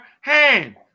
hand